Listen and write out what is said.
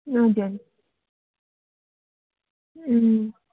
हजुर